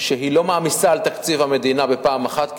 שהיא לא מעמיסה על תקציב המדינה בפעם אחת,